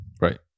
Right